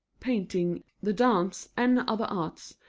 painting, the dance, and other arts,